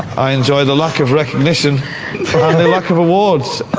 i enjoy the lack of recognition and the lack of rewards